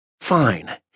Fine